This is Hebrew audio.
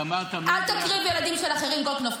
את אמרת --- אל תקריב ילדים של אחרים, גולדקנופ.